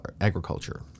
agriculture